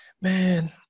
man